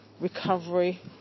recovery